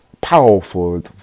powerful